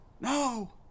No